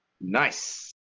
Nice